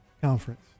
conference